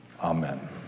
Amen